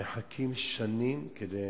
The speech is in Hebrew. מחכים שנים כדי